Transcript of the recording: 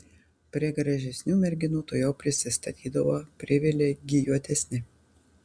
prie gražesnių merginų tuojau prisistatydavo privilegijuotesni